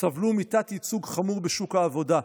סבלו מתת-ייצוג חמור בשוק העבודה.